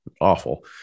awful